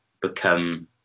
become